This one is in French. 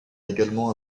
également